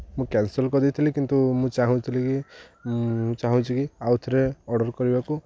ମୁଁ କ୍ୟାନସଲ କରିଦେଇଥିଲି କିନ୍ତୁ ମୁଁ ଚାହୁଁଥିଲି କି ମୁଁ ଚାହୁଁଛି କି ଆଉଥରେ ଅର୍ଡ଼ର କରିବାକୁ